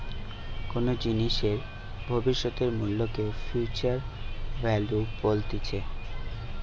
কোনো জিনিসের ভবিষ্যতের মূল্যকে ফিউচার ভ্যালু বলতিছে